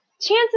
chances